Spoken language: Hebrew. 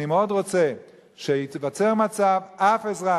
אני מאוד רוצה שייווצר מצב שאף אזרח,